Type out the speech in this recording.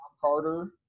Carter